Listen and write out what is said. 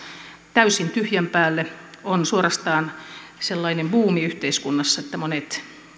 täysin tyhjän päälle on suorastaan sellainen buumi yhteiskunnassa että monet